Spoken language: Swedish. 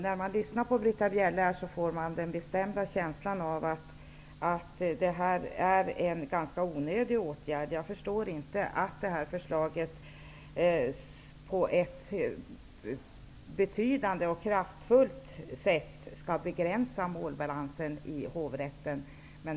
När man lyssnar till Britta Bjelle får man den bestämda känslan av att ett överklagande är en ganska onödig åtgärd. Jag förstår inte att detta förslag på ett betydande och kraftfullt sätt skall begränsa målbalanserna i hovrätterna.